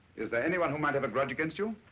is there anyone who might have a grudge against you?